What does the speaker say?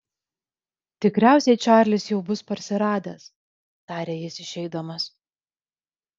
tikriausiai čarlis jau bus parsiradęs tarė jis išeidamas